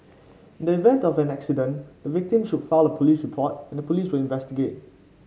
in the event of an accident the victim should file a police report and the police will investigate